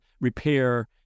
repair